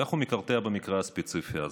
ואיך הוא מקרטע במקרה הספציפי הזה?